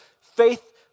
faith